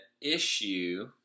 issue